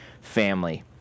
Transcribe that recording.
family